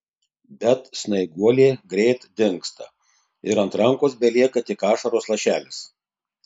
bet snaiguolė greit dingsta ir ant rankos belieka tik ašaros lašelis